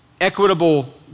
equitable